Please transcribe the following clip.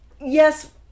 yes